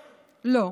לא,